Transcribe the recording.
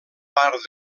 part